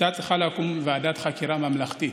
הייתה צריכה לקום ועדת חקירה ממלכתית,